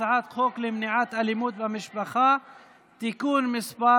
הצעת חוק למניעת אלימות במשפחה (תיקון מס'